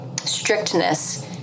strictness